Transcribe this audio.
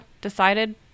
decided